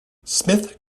smith